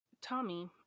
Tommy